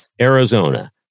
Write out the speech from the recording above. Arizona